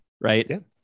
right